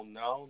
no